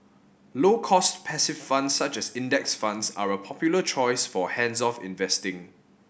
low cost passive funds such as Index Funds are a popular choice for hands off investing